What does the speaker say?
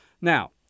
Now